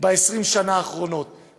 ב-20 השנים האחרונות,